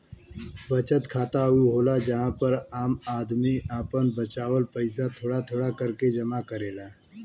बचत खाता ऊ होला जहां पर आम आदमी आपन बचावल पइसा थोड़ा थोड़ा करके जमा करेला